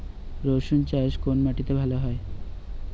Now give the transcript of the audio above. রুসুন চাষ কোন মাটিতে ভালো হয়?